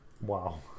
Wow